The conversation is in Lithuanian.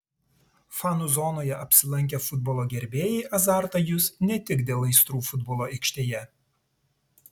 fanų zonoje apsilankę futbolo gerbėjai azartą jus ne tik dėl aistrų futbolo aikštėje